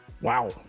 wow